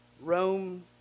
Rome